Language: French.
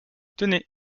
tenez